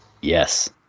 Yes